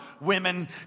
women